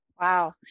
wow